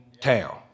town